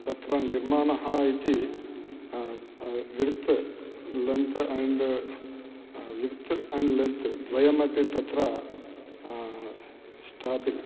तत्र निर्माणः इति width length and width and length द्वयमपि तत्र स्तः अपि